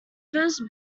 first